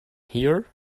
here